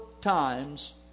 times